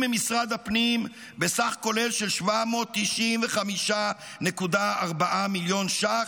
ממשרד הפנים בסכום כולל של 795.4 מיליון ש"ח,